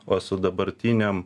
o su dabartinėm